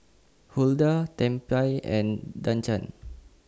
Hulda Tempie and Duncan